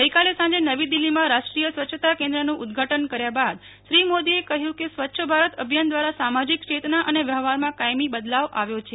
ગઈકાલે સાંજે નવી દિલ્હીમાં રાષ્ટ્રીય સ્વચ્છતા કેન્દ્રનું ઉદઘાટન કર્યા બાદ શ્રી મોદીએ કહ્યુ કે સ્વચ્છ ભારત એભિયાન વ્રારો સામાજીકો યેતના અને વ્યવહારમાં કાયમી બદલાવ આવ્યો છે